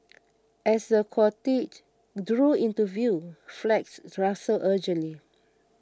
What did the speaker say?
as the cortege drew into view flags rustled urgently